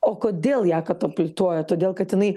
o kodėl ją katapultuoja todėl kad jinai